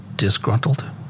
disgruntled